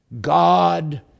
God